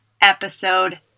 episode